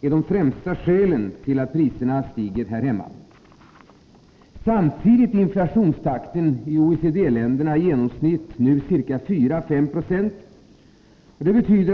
är de främsta orsakerna till att priserna stiger här hemma. Samtidigt är inflationstakten i OECD-länderna i genomsnitt nu 4-5 20.